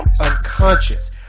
unconscious